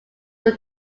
were